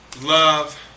Love